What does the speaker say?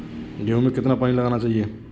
गेहूँ में कितना पानी लगाना चाहिए?